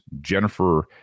Jennifer